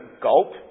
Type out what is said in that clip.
gulp